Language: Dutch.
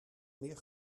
meer